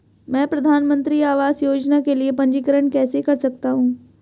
मैं प्रधानमंत्री आवास योजना के लिए पंजीकरण कैसे कर सकता हूं?